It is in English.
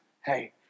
Hey